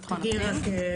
בקשה.